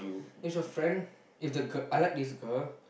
if your friend if the girl I like this girl